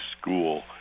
School